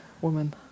woman